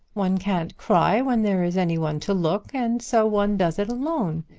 one can't cry when there is any one to look, and so one does it alone.